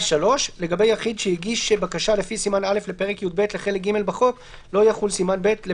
כאן יש שינוי קטן.